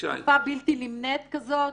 תקופה בלתי נמנית כזאת.